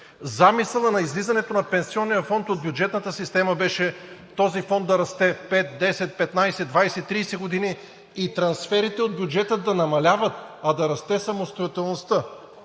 Замисълът на излизането на Пенсионния фонд от бюджетната система беше този фонд да расте 5, 10, 15, 20, 30 години, трансферите от бюджета да намаляват и да расте самостоятелността.